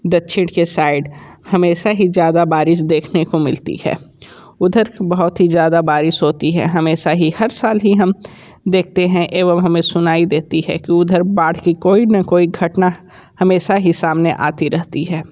दक्षिण के साइड हमेशा ही ज़्यादा बारिश देखने को मिलती है उधर तो बहुत ही ज़्यादा बारिश होती है हमेशा ही हर साल ही हम देखते हैं एवं हमें सुनाई देती है कि उधर बाढ़ की कोई ना कोई घटना हमेशा ही सामने आती रहती है